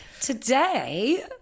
today